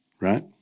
right